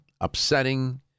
upsetting